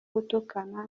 gutukana